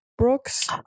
brooks